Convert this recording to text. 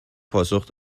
پاسخ